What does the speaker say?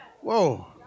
Whoa